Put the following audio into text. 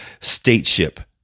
stateship